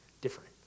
different